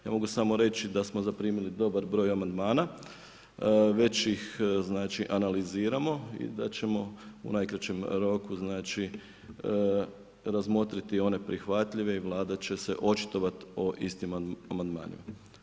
Ja mogu samo reći da smo zaprimili dobar broj amandmana, već iz analiziramo i da ćemo u najkraćem roku, znači razmotriti one prihvatljive i Vlada će se očitovati o istim amandmanima.